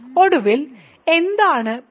ഒടുവിൽ എന്താണ് Pmn